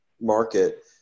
market